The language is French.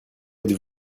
êtes